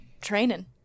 training